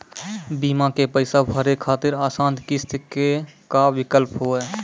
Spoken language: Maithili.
बीमा के पैसा भरे खातिर आसान किस्त के का विकल्प हुई?